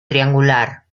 triangular